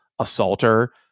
assaulter